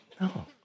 no